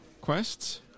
quests